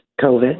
COVID